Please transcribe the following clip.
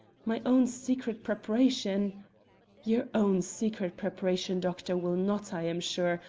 my own secret preparation your own secret preparation, doctor, will not, i am sure,